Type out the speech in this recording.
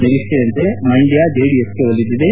ನಿರೀಕ್ಷೆಯಂತೆ ಮಂಡ್ಯ ಜೆಡಿಎಸ್ಗೆ ಒಲಿದಿದೆ